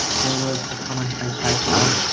there was a comment i typed out.